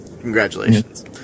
congratulations